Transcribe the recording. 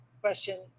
question